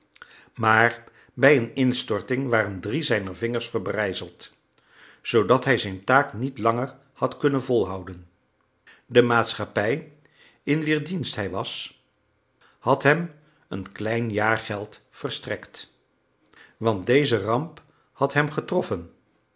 maar bij een instorting waren drie zijner vingers verbrijzeld zoodat hij zijn taak niet langer had kunnen volhouden de maatschappij in wier dienst hij was had hem een klein jaargeld verstrekt want deze ramp had hem getroffen